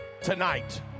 tonight